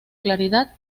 claridad